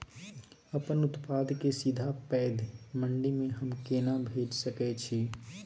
अपन उत्पाद के सीधा पैघ मंडी में हम केना भेज सकै छी?